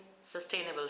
sustainable